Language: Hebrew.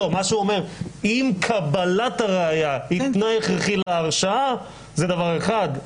מה שהוא אומר אם קבלת הראיה היא תנאי הכרחי להרשעה זה דבר אחד.